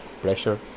pressure